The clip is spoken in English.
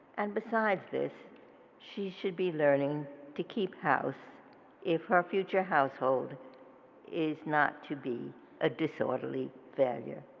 and besides this she should be learning to keep house if her future household is not to be a disorderly failure.